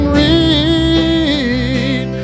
read